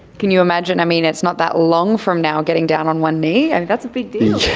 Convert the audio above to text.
can you imagine, i mean it's not that long from now, getting down on one knee? and that's a big deal,